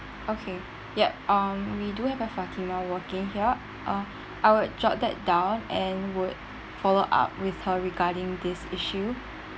okay ya um we do have a fatima working here uh I would jot that down and would follow up with her regarding this issue